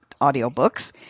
audiobooks